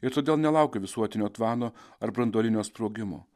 ir todėl nelaukiu visuotinio tvano ar branduolinio sprogimo